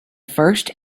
first